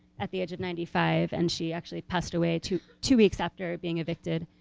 at the age of ninety five and she actually passed away two two weeks after being evicted.